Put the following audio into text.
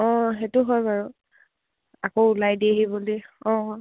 অঁ সেইটো হয় বাৰু আকৌ ওলাই দিয়েহি বুলি অঁ